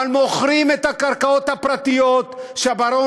אבל מוכרים את הקרקעות הפרטיות שהברון